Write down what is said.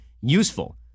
useful